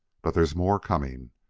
but there's more coming.